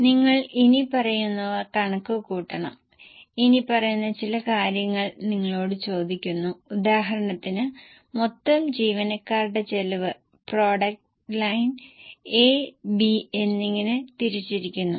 അതിനാൽ അശുഭാപ്തി കണക്കുകൂട്ടൽ 10 ശുഭാപ്തി കണക്കുകൂട്ടൽ 15 ആണ് ദയവായി ഈ 10 15 ശതമാനം അടിവരയിടുക ഇപ്പോൾ വിൽപ്പന വിലയും 10 ശതമാനം ഉയരുമെന്ന് പ്രതീക്ഷിക്കുന്നു